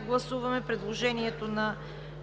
гласуваме предложението на